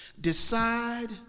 decide